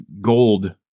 gold